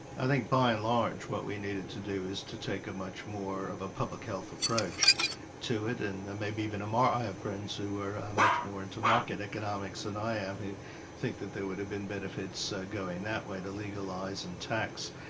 i think by and large what we needed to do is to take much more of a public health approach to it, and there may be even i have friends who are much more into market economics than and i am, who think that there would have been benefits going that way, to legalise and tax.